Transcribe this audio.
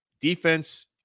defense